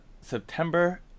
September